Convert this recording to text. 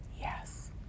Yes